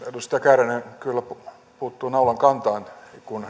edustaja kääriäinen kyllä puuttuu naulan kantaan kun